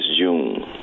June